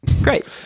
great